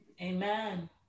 Amen